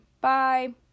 bye